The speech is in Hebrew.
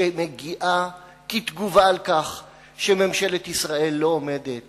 שמגיעה כתגובה על כך שממשלת ישראל לא עומדת